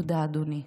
תודה, אדוני.